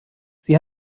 sie